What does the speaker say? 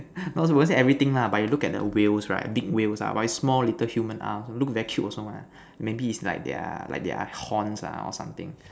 not won't say everything lah but you look at the whales right big whales ah but with small little human arms look very cute also mah maybe is like their horns ah or something